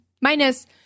minus